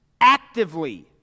actively